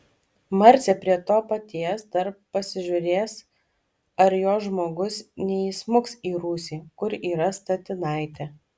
marcė prie to paties dar pasižiūrės ar jos žmogus neįsmuks į rūsį kur yra statinaitė